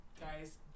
guys